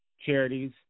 charities